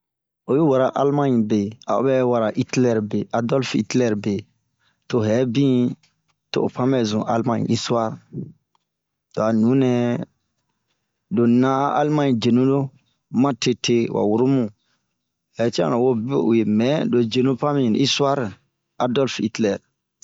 Oyi wara alemaɲe be, a'o bɛ wura itilɛri be, Adɔlfe itilɛri bee, to hɛbin to'o pa bɛzun almaɲe istuare. Ro a nunɛɛ, lo naa a almaɲeyenu loo matete wa woromu, bɛɛ co arro wo bio ue mɛɛ aro yenu pan miri istuare Adɔlfe itilɛri.